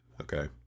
Okay